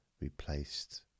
replaced